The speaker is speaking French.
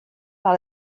par